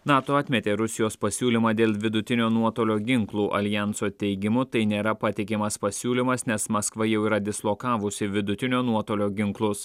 nato atmetė rusijos pasiūlymą dėl vidutinio nuotolio ginklų aljanso teigimu tai nėra patikimas pasiūlymas nes maskva jau yra dislokavusi vidutinio nuotolio ginklus